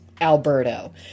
Alberto